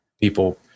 people